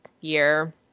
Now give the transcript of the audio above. year